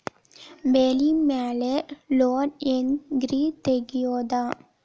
ಬೆಳಿ ಮ್ಯಾಲೆ ಲೋನ್ ಹ್ಯಾಂಗ್ ರಿ ತೆಗಿಯೋದ?